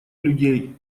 людей